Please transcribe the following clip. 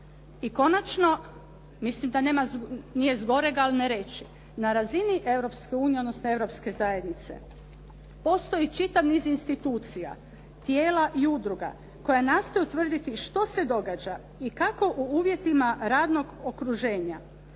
I konačno, mislim da nije zgorega al' ne reći, na razini Europske unije odnosno Europske zajednice. Postoji čitav niz institucija, tijela i udruga koja nastoje utvrditi što se događa i kako u uvjetima radnog okruženja,